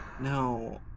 No